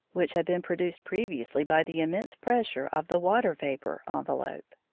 which had been produced previously by the immense pressure of the water-vapour envelope.